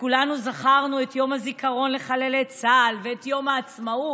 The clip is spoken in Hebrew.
וכולנו זכרנו את יום הזיכרון לחללי צה"ל ואת יום העצמאות.